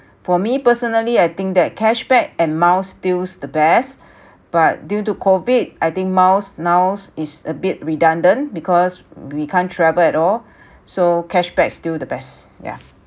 for me personally I think that cash back and miles still it's the best but due to COVID I think miles now is a bit redundant because we can't travel at all so cash back still the best yeah